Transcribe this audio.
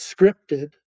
scripted